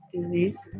disease